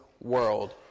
world